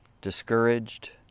discouraged